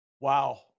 Wow